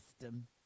System